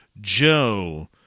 Joe